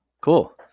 cool